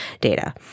data